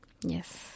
yes